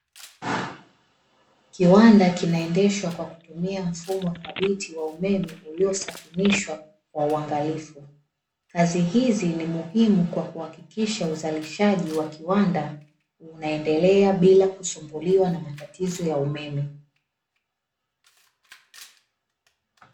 Kiwanda kinaendeshwa kwa kutumia mfumo thabiti wa umeme uliosakinishwa kwa uangalifu. Kazi hizi ni muhimu kwa kuhakikisha uzalishaji wa kiwanda unaendelea bila kusumbuliwa na matatizo ya umeme.